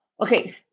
Okay